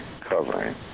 covering